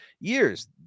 years